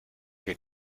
que